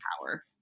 power